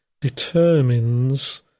determines